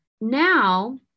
now